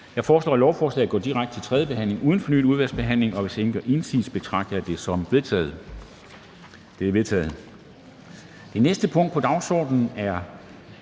Jeg foreslår, at lovforslaget går direkte til tredje behandling uden fornyet udvalgsbehandling. Hvis ingen gør indsigelse, betragter jeg det som vedtaget. Det er vedtaget. --- Det næste punkt på dagsordenen er: